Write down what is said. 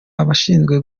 ababishinzwe